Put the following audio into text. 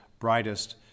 brightest